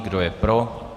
Kdo je pro?